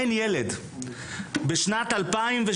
בשנת 2002